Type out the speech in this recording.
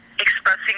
expressing